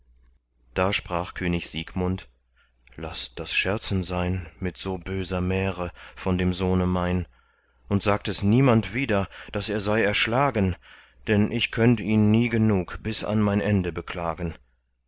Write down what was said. da sprach könig siegmund laßt das scherzen sein mit so böser märe von dem sohne mein und sagt es niemand wieder daß er sei erschlagen denn ich könnt ihn nie genug bis an mein ende beklagen